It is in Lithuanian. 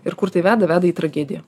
ir kur tai veda veda į tragediją